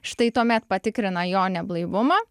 štai tuomet patikrina jo neblaivumą